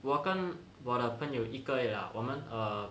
我跟我的朋友一个而已 lah 我们 err